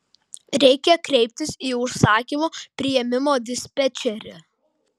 reikia kreiptis į užsakymų priėmimo dispečerį